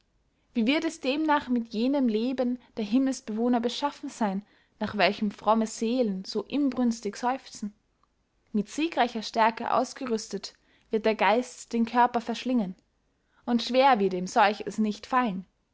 wie wird es demnach mit jenem leben der himmelsbewohner beschaffen seyn nach welchem fromme seelen so inbrünstig seufzen mit siegreicher stärke ausgerüstet wird der geist den körper verschlingen und schwer wird ihm solches nicht fallen